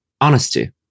honesty